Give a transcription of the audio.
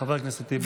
חבר הכנסת טיבי.